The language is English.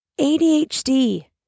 ADHD